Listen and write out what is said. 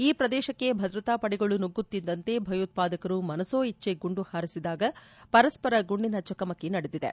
ಈ ಪ್ರದೇಶಕ್ಕೆ ಭದ್ರತಾ ಪಡೆಗಳು ನುಗ್ಗುತ್ತಿದ್ದಂತೆ ಭಯೋತ್ವಾದಕರು ಮನಸೋಚ್ವೆ ಗುಂಡು ಹಾರಿಸಿದಾಗ ಪರಸ್ವರ ಗುಂಡಿನ ಚಕಮಕಿ ನಡೆದಿದೆ